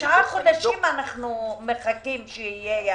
תשעה חודשים אנחנו מחכים שיהיה יעיל.